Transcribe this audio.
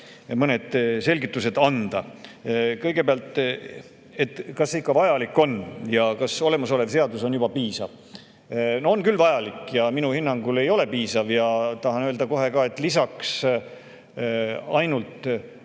mõned selgitused anda. Kõigepealt, kas see ikka vajalik on ja kas olemasolev seadus pole piisav? On küll vajalik ja minu hinnangul ei ole piisav. Tahan öelda, et lisaks konkreetsele